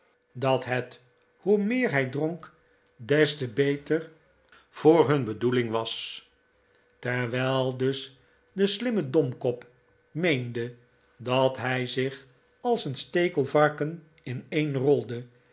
dat het hoe meer hij dronk des te jonas wordt thuis gebracht beter voor hun bedoeling was terwijl dus de slimme domkop meende dat hij zich als een stekelvarken ineenrolde en